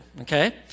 okay